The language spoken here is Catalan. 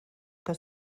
que